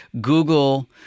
Google